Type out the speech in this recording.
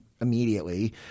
immediately